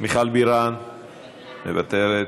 מיכל בירן, מוותרת.